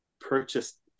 purchased